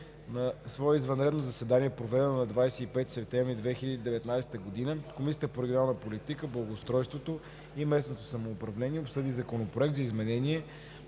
На свое извънредно заседание, проведено на 25 септември 2019 г., Комисията по регионална политика, благоустройство и местно самоуправление обсъди Законопроект за изменение